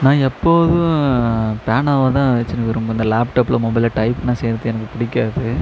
நான் எப்போதும் பேனாவை தான் வச்சுனு விருப்புவேன் இந்த லேப்டாப்பில் மொபைலில் டைபெலாம் செய்வதுக்கு எனக்கு பிடிக்காது